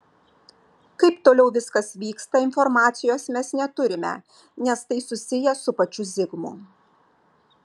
kaip toliau viskas vyksta informacijos mes neturime nes tai susiję su pačiu zigmu